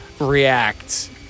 react